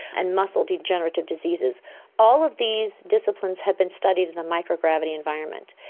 and muscle degenerative diseases all of these disciplines have been studied in the microgravity environment.